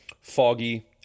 Foggy